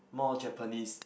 more Japanese